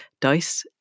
dice